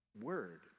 word